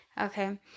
Okay